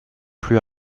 plus